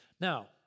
Now